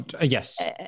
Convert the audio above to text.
yes